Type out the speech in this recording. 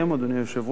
אדוני היושב-ראש,